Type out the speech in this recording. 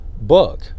book